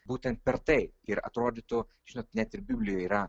būtent per tai ir atrodytų žinot net ir biblijoj yra